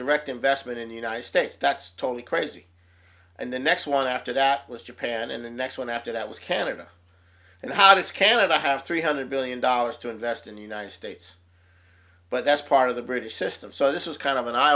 direct investment in the united states that's totally crazy and the next one after that was japan and the next one after that was canada and how does canada have three hundred billion dollars to invest in the united states but that's part of the british system so this is kind of an eye